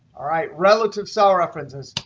all right. relative cell references.